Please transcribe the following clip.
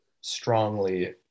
strongly